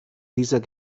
dieser